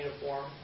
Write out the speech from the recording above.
uniform